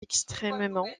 extrêmement